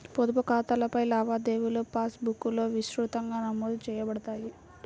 పొదుపు ఖాతాలపై లావాదేవీలుపాస్ బుక్లో విస్తృతంగా నమోదు చేయబడతాయి